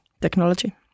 technology